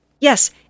Yes